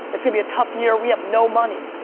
it's gonna be a tough year, we have no money.